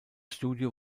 studio